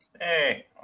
hey